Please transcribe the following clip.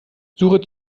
suche